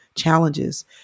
Challenges